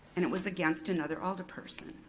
and it was against another alderperson.